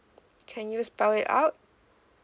can you spell it out